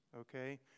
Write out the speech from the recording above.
okay